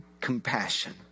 compassion